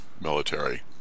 military